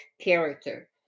character